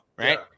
Right